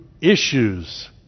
issues